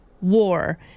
war